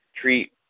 treat